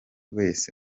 wese